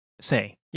say